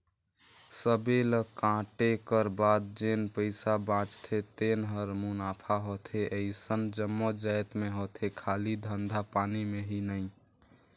सबे ल कांटे कर बाद जेन पइसा बाचथे तेने हर मुनाफा होथे अइसन जम्मो जाएत में होथे खाली धंधा पानी में ही नई